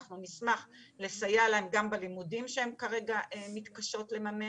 אנחנו נשמח לסייע להן גם בלימודים שהן כרגע מתקשות לממן,